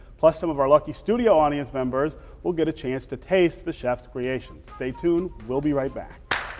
plus some of our lucky studio audience members will get a chance to taste the chef's creations. stay tuned. we'll be right back.